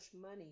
money